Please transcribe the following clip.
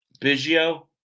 Biggio